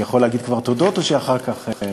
אני יכול להגיד כמה תודות או אחר כך?